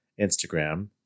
Instagram